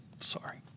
Sorry